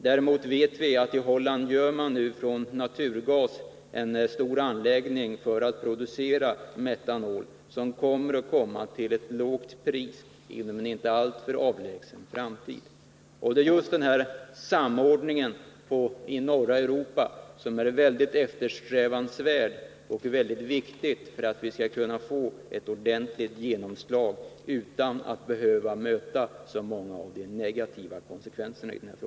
Däremot vet vi att man nu i Holland bygger upp en stor anläggning för att av naturgas kunna producera metanol till lågt pris inom en inte alltför avlägsen framtid. Just samordningen i norra Europa är eftersträvansvärd och viktig för att vi skall få ett ordentligt genomslag i den här frågan utan att behöva möta många negativa konsekvenser.